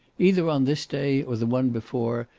either on this day, or the one before,